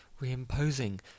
reimposing